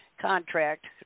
contract